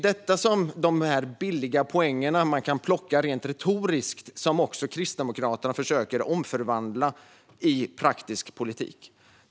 De här billiga poängerna som man kan plocka rent retoriskt försöker Kristdemokraterna omvandla i praktisk politik.